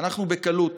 אנחנו בקלות